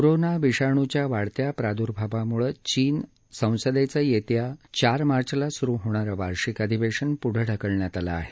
corona विषाणूच्या वाढत्या प्राद्भावाम्ळे चीन संसदेचं येत्या चार मार्चला स्रु होणारं वार्षिक अधिवेशन प्ढं ढकलण्यात आलं आहे